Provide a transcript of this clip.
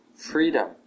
freedom